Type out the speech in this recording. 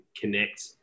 connect